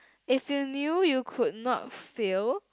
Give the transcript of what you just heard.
if you knew you could not fail